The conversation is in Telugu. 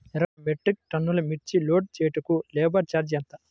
ఇరవై మెట్రిక్ టన్నులు మిర్చి లోడ్ చేయుటకు లేబర్ ఛార్జ్ ఎంత?